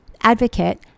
advocate